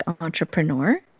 entrepreneur